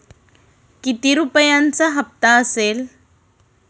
किती रुपयांचा हप्ता असेल?